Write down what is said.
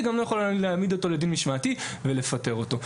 גם לא יכולים להעמיד אותו לדין משמעתי ולפטר אותו.